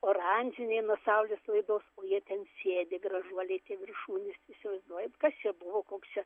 oranžiniai nuo saulės sklaidos o jie ten sėdi gražuoliai tie viršūnės įsivaizduojat kas čia buvo koks čia